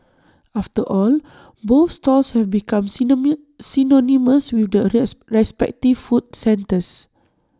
after all both stalls have become synonymous with the A respective food centres